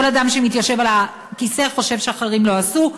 כל אדם שמתיישב על הכיסא חושב שאחרים לא עשו,